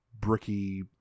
bricky